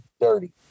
dirty